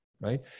right